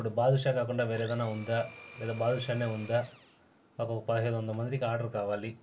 ఇప్పుడు బాదుషా కాకుండా వేరే ఏదైనా ఉందా లేదా బాదుషా ఉందా మాకు ఒక పదహైదు వందల మందికి ఆర్డర్ కావాలి